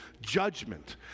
judgment